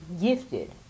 gifted